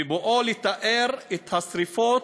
בבואו לתאר את השרפות.